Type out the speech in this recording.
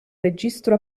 registro